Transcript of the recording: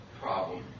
problem